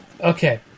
Okay